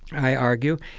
i argue,